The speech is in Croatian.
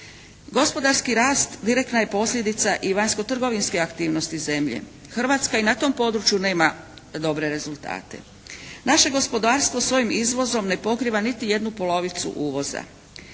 Gospodarski rast direktna je posljedica i vanjskotrgovinske aktivnosti zemlje. Hrvatska i na tom području nema dobre rezultate. Naše gospodarstvo svojim izvozom ne pokriva niti jednu polovicu uvoza.